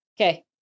Okay